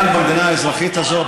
כאן במדינה האזרחית הזאת,